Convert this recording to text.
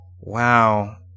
Wow